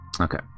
Okay